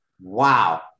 wow